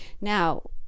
now